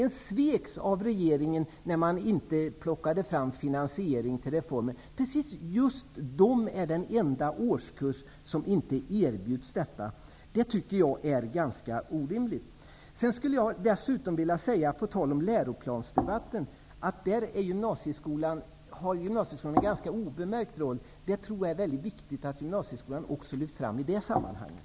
Den sveks egentligen av regeringen, som inte plockade fram finansiering till reformen. Det tycker jag är ganska orimligt. På tal om läroplansdebatten vill jag säga att gymnasieskolan där har en ganska obemärkt roll. Jag tror att det är mycket viktigt att gymnasieskolan också lyfts fram i det sammanhanget.